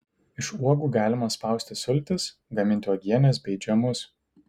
iš uogų galima spausti sultis gaminti uogienes bei džemus